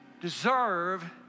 deserve